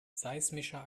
seismischer